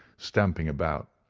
stamping about.